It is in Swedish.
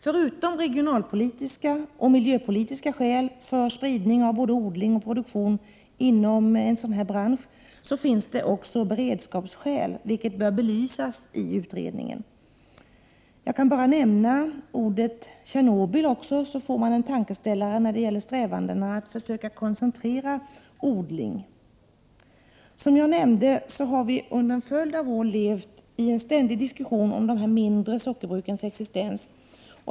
Förutom regionalpolitiska och miljöpolitiska skäl för spridning av både odling och produktion inom en sådan bransch finns också beredskapsskäl, vilket bör belysas i utredningen. Låt mig bara nämna ordet Tjernobyl så får man en tankeställare när det gäller strävanden att försöka koncentrera odling. Som jag nämnde så har vi under en följd av år levt i en ständig diskussion om de mindre sockerbrukens existens.